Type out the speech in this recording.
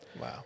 Wow